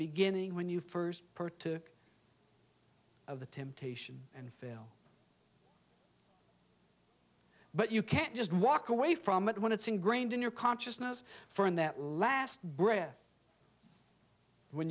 beginning when you first per took of the temptation and fail but you can't just walk away from it when it's ingrained in your consciousness for in that last breath when